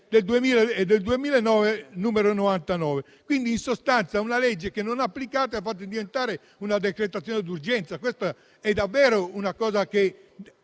2009, n. 99. In sostanza, una legge che non applicate la fate diventare una decretazione d'urgenza. Questa è davvero una cosa che